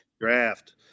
draft